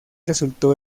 resultó